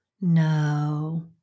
No